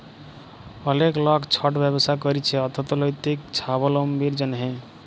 অলেক লক ছট ব্যবছা ক্যইরছে অথ্থলৈতিক ছাবলম্বীর জ্যনহে